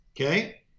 Okay